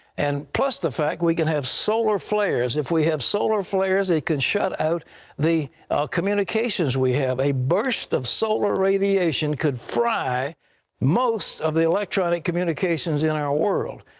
and plus the fact we can have solar flares. if we have solar flares, they can shut out the communications we have. a burst of solar radiation could fry most of the electronic communications in our world.